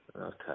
Okay